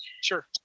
Sure